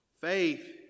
faith